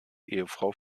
ehefrau